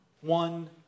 one